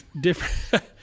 Different